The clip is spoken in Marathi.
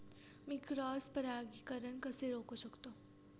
मी क्रॉस परागीकरण कसे रोखू शकतो?